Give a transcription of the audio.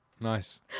nice